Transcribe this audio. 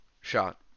shot